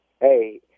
Hey